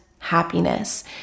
happiness